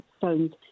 phones